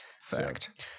Fact